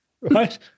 right